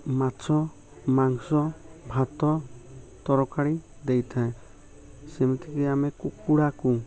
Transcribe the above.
ମାଛ ମାଂସ ଭାତ ତରକାରୀ ଦେଇଥାଏ ସେମିତିକି ଆମେ କୁକୁଡ଼ାକୁ